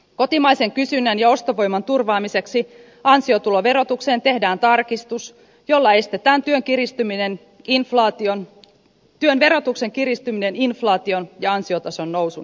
kotimaisen kysynnän ja ostovoiman turvaamiseksi ansiotuloverotukseen tehdään tarkistus jolla estetään työn verotuksen kiristyminen inflaation ja ansiotason nousun johdosta